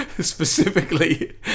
specifically